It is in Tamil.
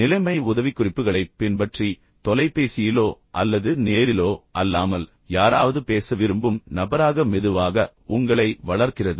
நிலைமை உதவிக்குறிப்புகளைப் பின்பற்றி தொலைபேசியிலோ அல்லது நேரிலோ அல்லாமல் யாராவது பேச விரும்பும் நபராக மெதுவாக உங்களை வளர்க்கிறது